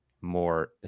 more